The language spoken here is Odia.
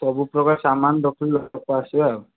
ସବୁ ପ୍ରକାର ସାମାନ ରଖିଲେ ଲୋକ ଆସିବେ ଆଉ